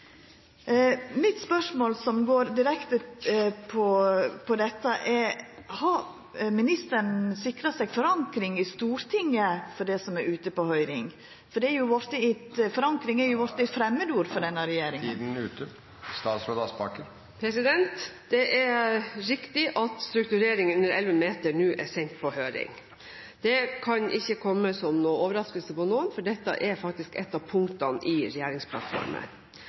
Mitt spørsmål, som handlar direkte om dette, er: Har ministeren sikra seg forankring i Stortinget for det som er ute på høyring? Forankring har jo vorte eit framandord for denne regjeringa. Det er riktig at strukturering under 11 meter nå er sendt på høring. Det kan ikke komme som noen overraskelse på noen. Dette er faktisk ett av punktene i regjeringsplattformen.